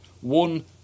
one